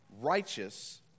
righteous